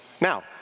Now